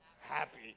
happy